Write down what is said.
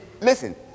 listen